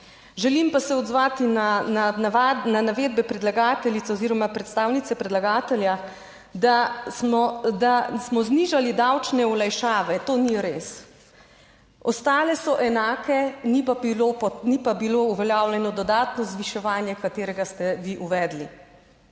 Želim pa se odzvati na navedbe predlagateljic oziroma predstavnice predlagatelja, da smo, da smo znižali davčne olajšave, to ni res. Ostale so enake, ni pa bilo, ni pa bilo uveljavljeno dodatno zviševanje, katerega ste vi uvedli,